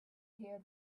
hear